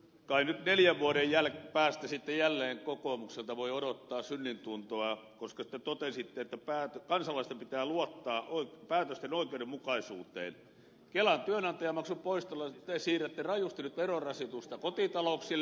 kai neljän vuoden päästä kokoomukselta voi jälleen odottaa synnintuntoa koska te totesitte että kansalaisten pitää luottaa päätösten oikeudenmukaisuuteen ja kelan työnantajamaksun poistolla te siirrätte rajusti nyt verorasitusta kotitalouksille